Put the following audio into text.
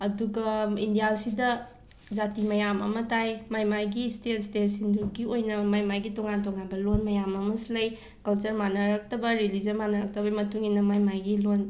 ꯑꯠꯗꯨꯒ ꯏꯟꯗ꯭ꯌꯥꯁꯤꯗ ꯖꯥꯇꯤ ꯃꯌꯥꯝ ꯑꯃ ꯇꯥꯏ ꯃꯥꯏ ꯃꯥꯏꯒꯤ ꯁꯇꯦꯠ ꯁ꯭ꯇꯦꯠꯁꯤꯡꯗꯨꯒꯤ ꯑꯣꯏꯅ ꯃꯥꯏ ꯃꯥꯏꯒꯤ ꯇꯣꯉꯥꯟ ꯇꯣꯉꯥꯟꯕ ꯂꯣꯟ ꯃꯌꯥꯝ ꯑꯃꯁꯨ ꯂꯩ ꯀꯜꯆꯔ ꯃꯥꯅꯔꯛꯇꯕ ꯔꯤꯂꯤꯖꯟ ꯃꯥꯅꯔꯛꯇꯕꯩ ꯃꯇꯨꯡ ꯏꯟꯅ ꯃꯥꯏ ꯃꯥꯏꯒꯤ ꯂꯣꯟ